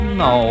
no